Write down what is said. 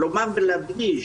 לומר ולהדגיש,